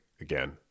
again